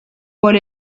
por